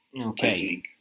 Okay